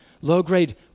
low-grade